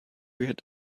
reared